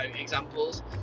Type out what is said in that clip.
examples